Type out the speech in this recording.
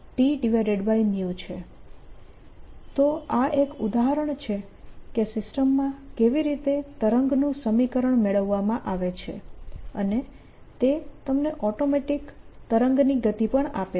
તો આ એક ઉદાહરણ છે કે સિસ્ટમમાં કેવી રીતે તરંગનું સમીકરણ મેળવવામાં આવે છે અને તે તમને ઓટોમેટીક તરંગની ગતિ પણ આપે છે